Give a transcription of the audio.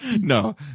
no